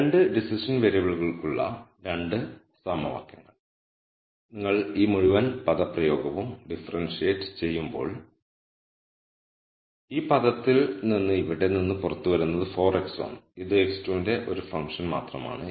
2 decision വേരിയബിളുകൾക്കുള്ള 2 സമവാക്യങ്ങൾ നിങ്ങൾ ഈ മുഴുവൻ പദപ്രയോഗവും ഡിഫറെൻഷിയേറ്റ് ചെയ്യുമ്പോൾ ഈ പദത്തിൽ നിന്ന് ഇവിടെ നിന്ന് പുറത്തുവരുന്നത് 4x1 ഇത് x2 ന്റെ ഒരു ഫംഗ്ഷൻ മാത്രമാണ്